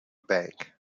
bank